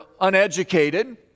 uneducated